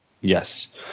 Yes